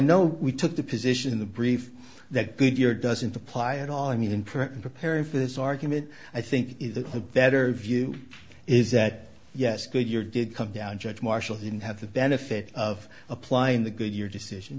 know we took the position in the brief that goodyear doesn't apply at all i mean in print in preparing for this argument i think is the better view is that yes good your did come down judge marshall didn't have the benefit of applying the good your decision